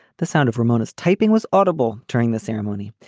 the sound of ramona's typing was audible during the ceremony.